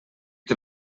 que